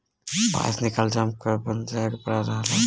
पइसा निकाले जमा करे बदे जाए के पड़त रहल